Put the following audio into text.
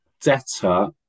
debtor